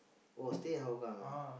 oh stay at Hougang ah